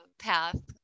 path